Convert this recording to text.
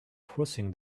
crossing